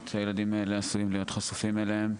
שהילדים האלה עשויים להיות חשופים אליהן.